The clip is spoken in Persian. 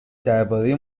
درباره